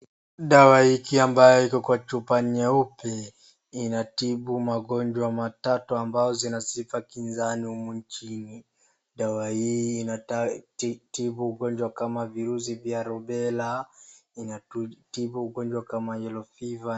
Dawa hiki ambayo iko kwa chupa nyeupe inatibu magonjwa matatu ambayo zina sifa kizani humu nchini. Dawa hii inatibu ugonjwa kama virusi vya rubela , inatibu ugonjwa kama yellow fever .